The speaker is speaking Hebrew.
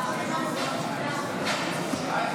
להלן תוצאות ההצבעה: בעד,